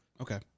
Okay